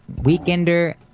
weekender